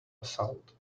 assault